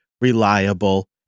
reliable